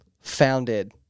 founded